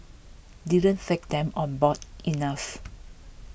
didn't take them on board enough